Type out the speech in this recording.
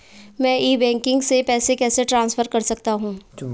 मैं e banking से पैसे कैसे ट्रांसफर कर सकता हूं?